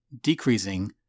decreasing